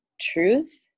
truth